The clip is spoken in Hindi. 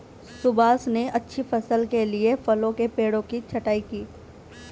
सुभाष ने अच्छी फसल के लिए फलों के पेड़ों की छंटाई की